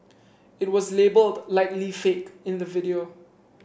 it was labelled Likely Fake in the video